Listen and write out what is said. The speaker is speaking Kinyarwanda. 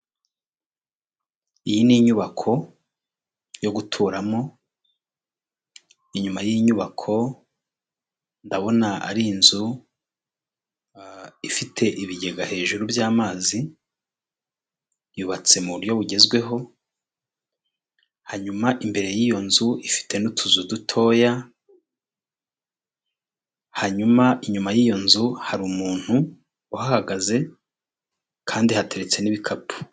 Iyo ni sisitemu yu kuri murandazi ya banki eko banke ukoresha ushaka kwishyura umuntu cyangwa kubikuza amafaranga kuri banki yawe .